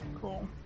cool